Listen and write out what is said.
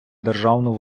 державну